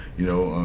you know,